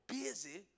busy